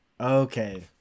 okay